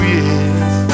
Year's